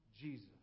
Jesus